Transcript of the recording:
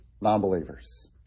Non-believers